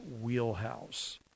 wheelhouse